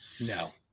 No